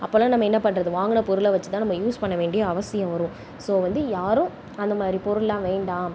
அப்போலாம் நம்ம என்ன பண்ணுறது வாங்கின பொருளை வச்சு தான் நம்ம யூஸ் பண்ண வேண்டிய அவசியம் வரும் ஸோ வந்து யாரும் அந்த மாதிரி பொருள்லாம் வேண்டாம்